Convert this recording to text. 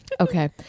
Okay